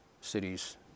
cities